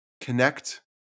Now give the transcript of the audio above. connect